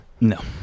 no